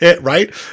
Right